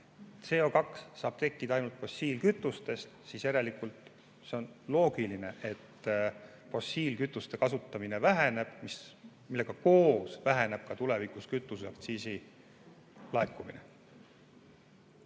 CO2saab tekkida ainult fossiilkütustest –, siis järelikult on loogiline, et fossiilkütuste kasutamine väheneb ja sellega koos väheneb tulevikus ka kütuseaktsiisi laekumine.